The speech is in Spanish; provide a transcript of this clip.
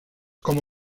como